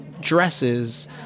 dresses